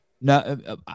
no